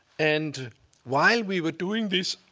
and while we were doing this